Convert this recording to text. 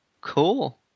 Cool